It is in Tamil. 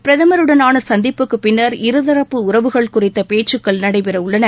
பிரதமருடனான சந்திப்புக்குப் பின்னர் இருதரப்பு உறவுகள் குறித்த பேச்சுக்கள் நடைபெற உள்ளன